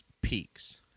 peaks